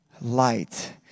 light